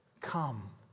Come